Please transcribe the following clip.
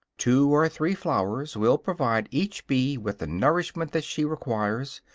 two or three flowers will provide each bee with the nourishment that she requires,